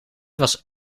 was